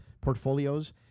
portfolios